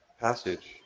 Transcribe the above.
passage